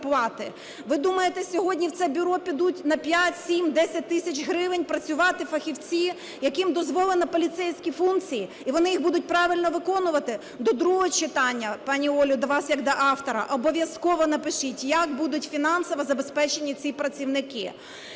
Ви думаєте, сьогодні в це бюро підуть на 5, 7, 10 тисяч гривень працювати фахівці, яким дозволено поліцейські функції і вони їх будуть правильно виконувати? До другого читання, пані Ольго, до вас як до автора, обов'язково напишіть, як будуть фінансово забезпечені ці працівники.